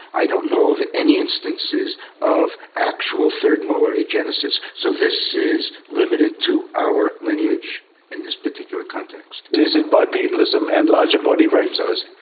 i don't know of any instances of actual third molar agenesis. so this is limited to our lineage in this particular context. but is it bipedalism and larger body brain size?